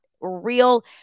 Real